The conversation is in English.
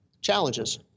challenges